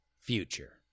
future